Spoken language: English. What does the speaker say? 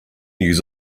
use